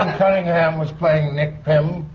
um cunningham was playing nick pimm.